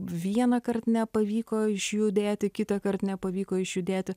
vienąkart nepavyko išjudėti kitąkart nepavyko išjudėti